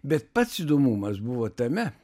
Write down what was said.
bet pats įdomumas buvo tame